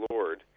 Lord